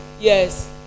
Yes